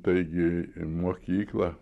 taigi ir mokyklą